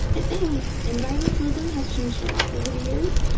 environmentalism has changed a lot over the years.